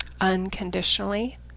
unconditionally